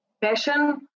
passion